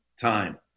time